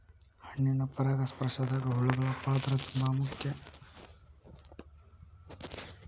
ಹಣ್ಣಿನ ಪರಾಗಸ್ಪರ್ಶದಾಗ ಹುಳಗಳ ಪಾತ್ರ ತುಂಬಾ ಮುಖ್ಯ